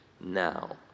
now